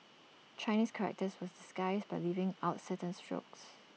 Chinese characters were disguised by leaving out certain strokes